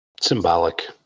Symbolic